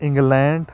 England